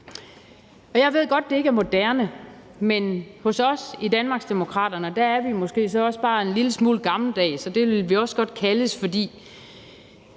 Jeg ved godt, at det ikke er moderne, men hos os i Danmarksdemokraterne er vi måske så også bare en lille smule gammeldags, og det vil vi også godt kaldes, for